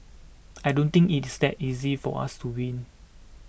I don't think it's that easy for us to win